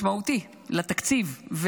משמעותי לתקציב.